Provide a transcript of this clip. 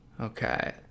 Okay